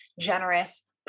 generous